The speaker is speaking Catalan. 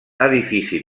edifici